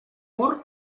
mur